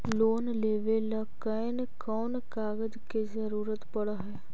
Loan लेबे ल कैन कौन कागज के जरुरत पड़ है?